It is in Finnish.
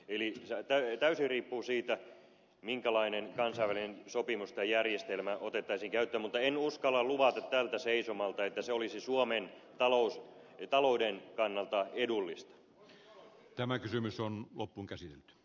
eli täysin riippuu siitä minkälainen kansainvälinen sopimus tai järjestelmä otettaisiin käyttöön mutta en uskalla luvata tältä seisomalta että se olisi suomen talouden kannalta edullista